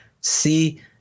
see